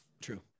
true